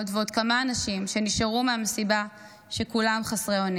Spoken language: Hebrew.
ועוד כמה אנשים שנשארו מהמסיבה כשכולם חסרי אונים.